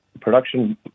production